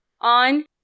on